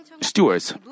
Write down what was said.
stewards